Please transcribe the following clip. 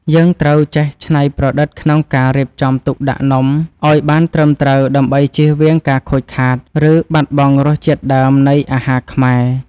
យើងត្រូវចេះច្នៃប្រឌិតក្នុងការរៀបចំទុកដាក់នំឱ្យបានត្រឹមត្រូវដើម្បីជៀសវាងការខូចខាត ឬ បាត់បង់រសជាតិដើមនៃអាហារខ្មែរ។